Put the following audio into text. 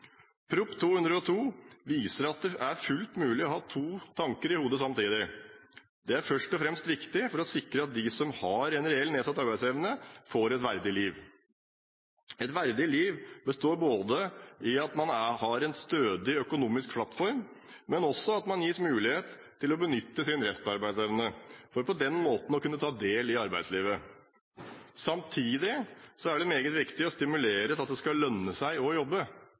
Prop. 202 L for 2012–2013 viser at det er fullt mulig å ha to tanker i hodet samtidig. Det er først og fremst viktig for å sikre at de som har en reelt nedsatt arbeidsevne, får et verdig liv. Et verdig liv består i at man har en stødig økonomisk plattform, men også at man gis mulighet til å benytte sin restarbeidsevne for på den måten å kunne ta del i arbeidslivet. Samtidig er det meget viktig å stimulere til at det skal lønne seg å jobbe